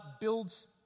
builds